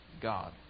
God